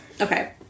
Okay